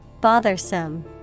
Bothersome